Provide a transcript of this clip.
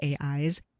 AIs